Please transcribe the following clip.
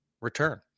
return